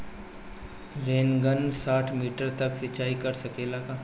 Rain gun साठ metre तक सिचाई कर सकेला का?